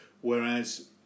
Whereas